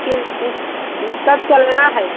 किस कब चलना है